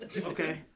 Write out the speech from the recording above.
Okay